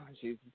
Jesus